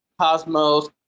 Cosmos